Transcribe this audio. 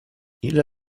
ile